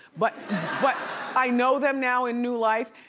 but but i know them now in new life.